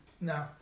No